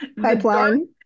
pipeline